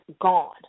gone